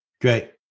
Great